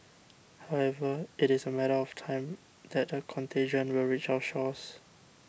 however it is a matter of time that the contagion will reach our shores